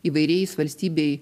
įvairiais valstybei